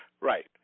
Right